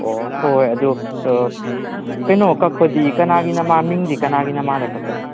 ꯑꯣ ꯍꯣꯏ ꯍꯣꯏ ꯑꯗꯣ ꯀꯩꯅꯣ ꯀꯥꯛꯄꯗꯤ ꯀꯥꯅꯒꯤ ꯅꯃꯥ ꯃꯤꯡꯗꯤ ꯀꯅꯥꯒꯤ ꯅꯃꯥꯗ ꯀꯛꯀꯅꯤ